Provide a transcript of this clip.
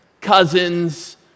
cousins